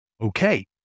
Okay